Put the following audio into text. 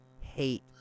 hate